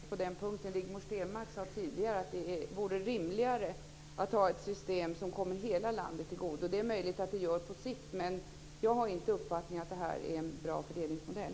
Fru talman! Jag håller inte riktigt med på den punkten. Rigmor Stenmark sade tidigare att det vore rimligare att ha ett system som kommer hela landet till godo. Det är möjligt att det gör det på sikt, men jag har inte uppfattningen att det är en bra fördelningsmodell.